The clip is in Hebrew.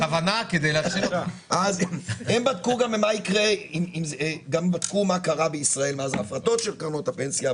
הם בדקו גם מה קרה בישראל מאז ההפרטות של קרנות הפנסיה,